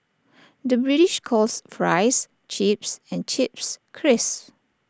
the British calls Fries Chips and Chips Crisps